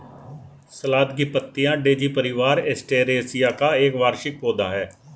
सलाद की पत्तियाँ डेज़ी परिवार, एस्टेरेसिया का एक वार्षिक पौधा है